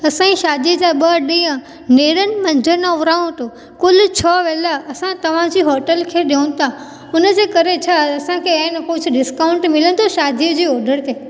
असां जी शादीअ जा ॿ ॾींहं नेरनि मंझंदि ऐं विरावटूं कुलु छह वेला असां तव्हां जी होटल खे ॾियूं था हुन जे करे छा असां खे आहिनि कुझु डिस्काऊंट मिलंदो शादीअ जे ओडर ते